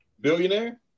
Billionaire